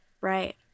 Right